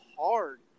hard